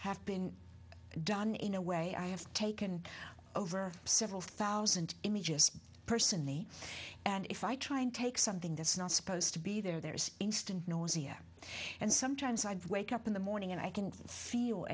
have been done in a way i have taken over several thousand images personally and if i try and take something that's not supposed to be there there's instant nausea and sometimes i'd wake up in the morning and i can feel